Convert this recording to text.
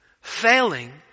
failing